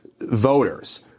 voters—